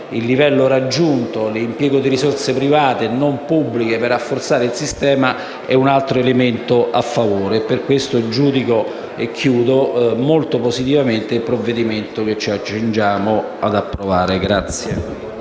patrimonializzazione e l'impiego di risorse private e non pubbliche per rafforzare il sistema è un altro elemento a favore. Per questo giudico molto positivamente il provvedimento che ci accingiamo ad approvare.